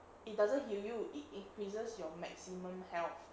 it doesn't heal you it increases your maximum health